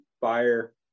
fire